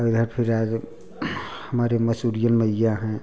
और इधर फिर आगे हमारे मसूरिया मैया हैं